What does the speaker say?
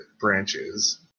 branches